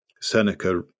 Seneca